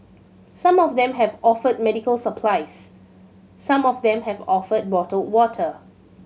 some of them have offered medical supplies some of them have offered bottled water